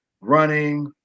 running